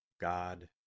God